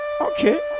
Okay